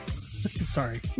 Sorry